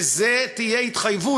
וזו תהיה התחייבות,